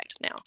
now